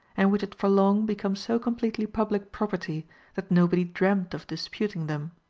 and which had for long become so completely public property that nobody dreamed of disputing them.